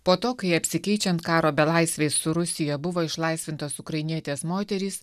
po to kai apsikeičiant karo belaisviais su rusija buvo išlaisvintos ukrainietės moterys